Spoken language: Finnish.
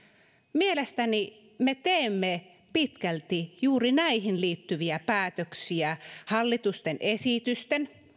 mielestäni me teemme pitkälti juuri näihin liittyviä päätöksiä hallitusten esitysten